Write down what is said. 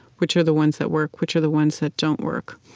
which are the ones that work? which are the ones that don't work?